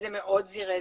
זה מאוד זירז.